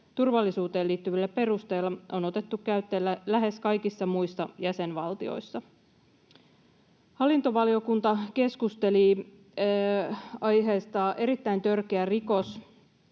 turvallisuuteen liittyvillä perusteilla, on otettu käyttöön lähes kaikissa muissa jäsenvaltioissa. Hallintovaliokunta keskusteli aiheesta erittäin törkeä rikos,